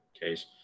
case